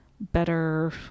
better